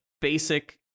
basic